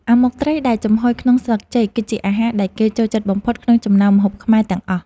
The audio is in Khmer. អាម៉ុកត្រីដែលចំហុយក្នុងស្លឹកចេក គឺជាអាហារដែលគេចូលចិត្តបំផុតក្នុងចំណោមម្ហូបខ្មែរទាំងអស់។